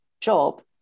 job